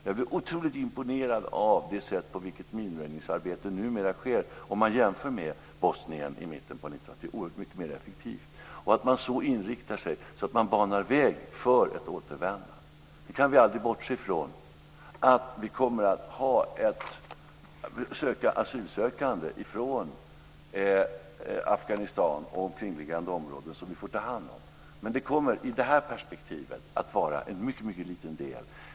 Jag blev otroligt imponerad av hur minröjningsarbetet numera sker, jämfört med Bosnien i mitten av 1990 talet. Det är oerhört mycket mer effektivt. Det handlar om att man inriktar sig på att bana väg för ett återvändande. Vi kan aldrig bortse från att vi kommer att ha asylsökande från Afghanistan och kringliggande områden som vi får ta hand om, men i det här perspektivet kommer det att vara en mycket liten del.